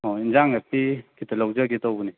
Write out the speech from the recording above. ꯑꯣ ꯏꯟꯖꯥꯡ ꯅꯥꯄꯤ ꯈꯤꯇ ꯂꯧꯖꯒꯦ ꯇꯧꯕꯅꯦ